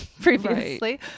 previously